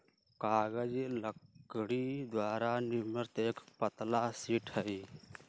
कागज लकड़ी द्वारा निर्मित एक पतला शीट हई